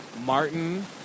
Martin